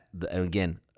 again